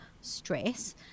stress